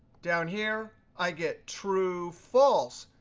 down here, i get true false.